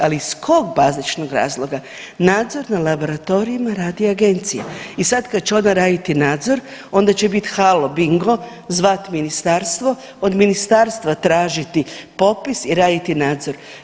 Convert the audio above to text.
Ali iz kog bazičnog razloga nadzor nad laboratorijima radi agencija i sad kada će ona raditi nadzor onda će bit halo bingo, zvat ministarstvo, od ministarstva tražiti popis i raditi nadzor.